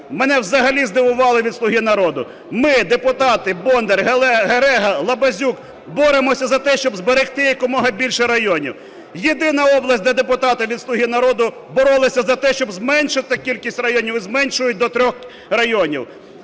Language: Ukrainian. Мене взагалі здивували від "Слуги народу". Ми, депутати Бондар, Герега, Лабазюк, боремося за те, щоб зберегти якомога більше районів. Єдина область, де депутати від "Слуги народу" боролися за те, щоб зменшити кількість районів, і зменшують до 3 районів.